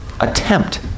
Attempt